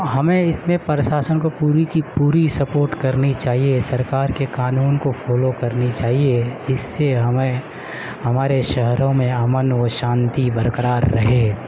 ہمیں اس میں پرساسن کو پوری کی پوری سپورٹ کرنی چاہیے سرکار کے قانون کو فالو کرنی چاہیے اس سے ہمیں ہمارے شہروں میں امن و شانتی برقرار رہے